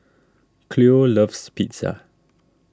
Cleo loves Pizza